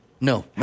No